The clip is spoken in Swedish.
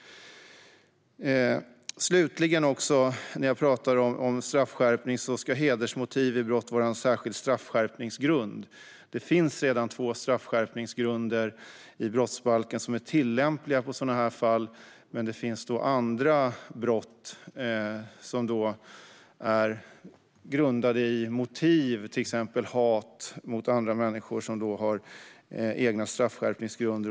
Slutligen ska, när jag talar om straffskärpning, hedersmotiv vid brott vara en särskild straffskärpningsgrund. Det finns redan två straffskärpningsgrunder i brottsbalken som är tillämpliga på sådana fall. Men det finns andra brott som är grundade i motiv, till exempel hat mot andra människor, som har egna straffskärpningsgrunder.